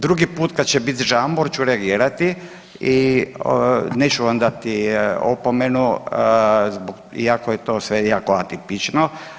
Drugi put kad će biti žamor ću reagirati i neću vam dati opomenu iako je to sve jako atipično.